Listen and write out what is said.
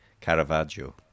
Caravaggio